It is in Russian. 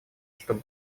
чтобы